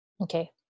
Okay